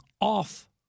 off